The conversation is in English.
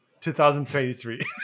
2023